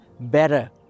better